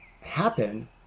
happen